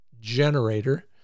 generator